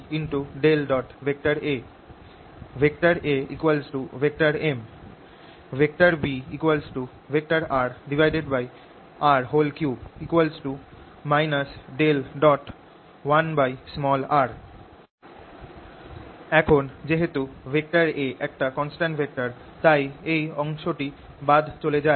xA µ04πxm × rr3 x B A ABA B B A Am B rr3 1r এখন যেহেতু A একটা constant vector তাই এই অংশটি বাদ চলে যায়